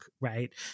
Right